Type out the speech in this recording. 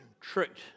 tricked